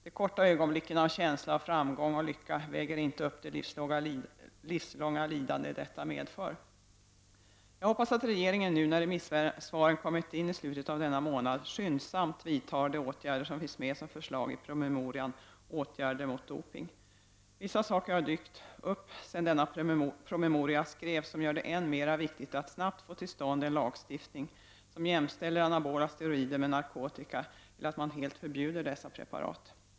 De korta ögonblicken av känsla av framgång och lycka väger inte upp det livslånga lidande detta medför. Jag hoppas att regeringen nu, när remissvaren kommit in i slutet av denna månad, skyndsamt vidtar de åtgärder som finns med som förslag i promemorian Åtgärder mot doping. Vissa saker har dykt upp sedan denna promemoria skrevs, som gör det än mera viktigt att snabbt få till stånd en lagstiftning som jämställer anabola steroider med narkotika eller innebär ett totalt förbud mot dessa preparat.